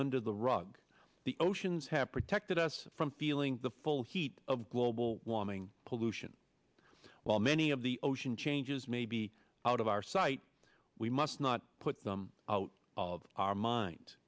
under the rug the oceans have protected us from feeling the full heat of global warming pollution while many of the ocean changes may be out of our sight we must not put them out of our mind